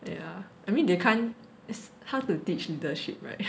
yeah I mean they can't it's hard to teach leadership [right]